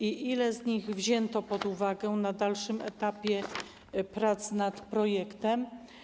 Ile z nich wzięto pod uwagę na dalszym etapie prac nad projektem?